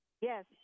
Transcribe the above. Yes